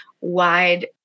wide